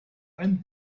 ein